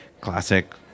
classic